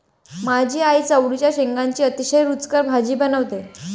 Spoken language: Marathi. माझी आई चवळीच्या शेंगांची अतिशय रुचकर भाजी बनवते